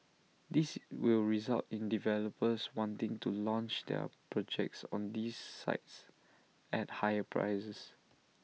this will result in developers wanting to launch their projects on these sites at higher prices